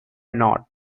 not